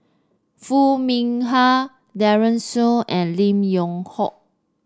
Foo Mee Har Daren Shiau and Lim Yew Hock